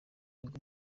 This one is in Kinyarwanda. bigo